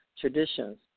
traditions